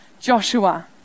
Joshua